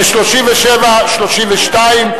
לסעיף 37(32),